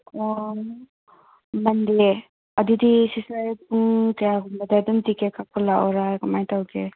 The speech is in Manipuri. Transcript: ꯑꯣ ꯃꯟꯗꯦ ꯑꯗꯨꯗꯤ ꯁꯤꯁꯇꯔ ꯄꯨꯡ ꯀꯌꯥꯒꯨꯝꯕꯗ ꯑꯗꯨꯝ ꯇꯤꯛꯀꯦꯠ ꯀꯛꯄ ꯂꯥꯛꯑꯣꯔꯥ ꯀꯃꯥꯏꯅ ꯇꯧꯒꯦ